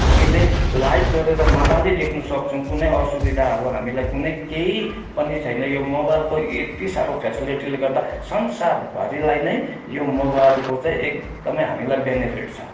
हामीले लाइभ गरेर मज्जाले देख्न सक्छौँ कुनै असुविधाहरू हामीलाई कुनै केही पनि छैन यो मोबाइलको यति साह्रो फेसिलिटीले गर्दा संसारभरिलाई नै यो मोबाइलको चाहिँ एकदमै हामीलाई बेनिफिट छ